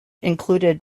included